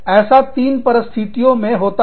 ऐसा तीन परिस्थितियों में होता है